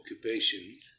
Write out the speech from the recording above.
occupation